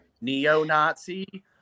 neo-nazi